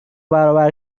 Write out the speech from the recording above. برابر